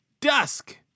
Dusk